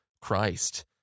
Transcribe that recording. Christ